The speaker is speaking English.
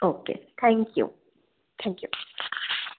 okay thank you thank you